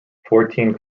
fourteen